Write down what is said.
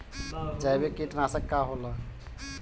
जैविक कीटनाशक का होला?